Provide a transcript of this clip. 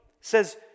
says